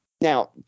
Now